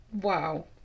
Wow